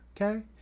okay